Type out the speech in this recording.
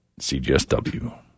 CGSW